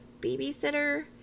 babysitter